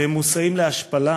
שהם מושאים להשפלה,